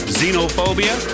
xenophobia